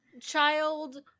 Child